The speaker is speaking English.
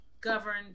governed